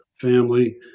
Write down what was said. family